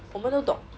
我们都懂